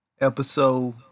episode